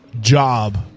job